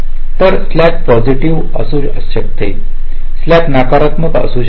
तर slack positive असू शकते स्लॅक नकारात्मक असू शकते